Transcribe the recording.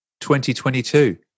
2022